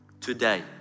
today